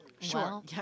Sure